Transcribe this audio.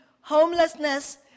homelessness